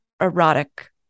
erotic